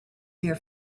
their